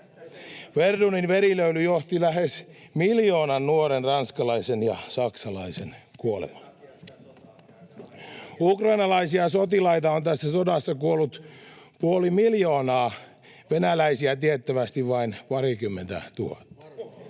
Verdunin verilöyly johti lähes miljoonan nuoren ranskalaisen ja saksalaisen kuolemaan. [Ben Zyskowiczin välihuuto] Ukrainalaisia sotilaita on tässä sodassa kuollut puoli miljoonaa, venäläisiä tiettävästi vain parikymmentä tuhatta.